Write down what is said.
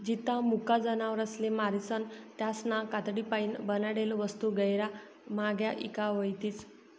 जित्ता मुका जनावरसले मारीसन त्यासना कातडीपाईन बनाडेल वस्तू गैयरा म्हांग्या ईकावतीस